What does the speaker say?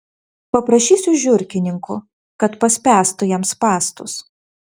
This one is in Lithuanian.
paprašysiu žiurkininkų kad paspęstų jam spąstus